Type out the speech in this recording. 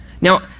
now